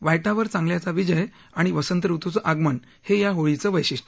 वाईटावर चांगल्याचा विजय आणि वसंत ऋतूचं आगमन हे या होळीचं वैशिष्ट